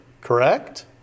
correct